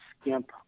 skimp